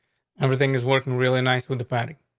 everything is working really nice with the fatty.